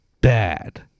bad